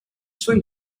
swim